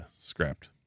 scrapped